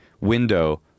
window